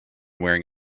wearing